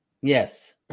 Yes